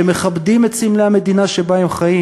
שמכבדים את סמלי המדינה שבה הם חיים,